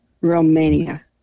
Romania